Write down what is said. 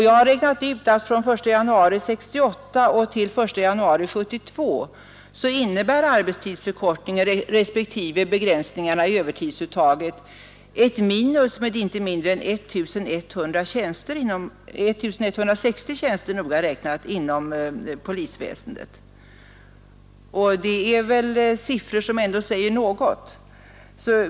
Jag har räknat ut att från den 1 januari 1968 till den 1 januari 1972 innebär arbetstidsförkortningen respektive begränsningarna i övertidsuttaget ett minus med inte mindre än noga räknat 1 160 tjänster inom polisväsendet. Det är väl siffror som ändå säger något.